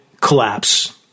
collapse